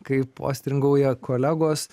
kaip postringauja kolegos